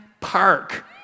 Park